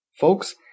Folks